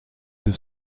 deux